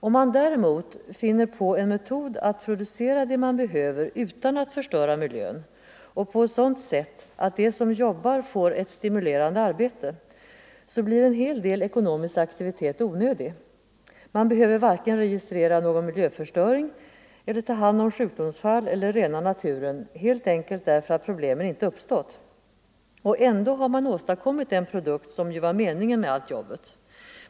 Om man däremot finner på en metod att producera det man behöver utan att förstöra miljön och på ett sådant sätt att de som jobbar får ett stimulerande arbete, så blir en hel del ekonomisk aktivitet onödig; man behöver varken registrera miljöförstöring eller ta hand om sjukdomsfall eller rena naturen, helt enkelt därför att problemen inte uppstått. Och ändå har man åstadkommit den produkt som ju var meningen med allt jobbet.